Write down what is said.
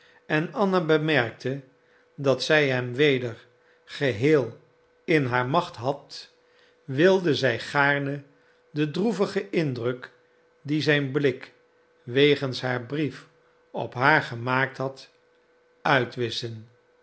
en anna bemerkte dat zij hem weder geheel in haar macht had wilde zij gaarne den droevigen indruk dien zijn blik wegens haar brief op haar gemaakt had uitwisschen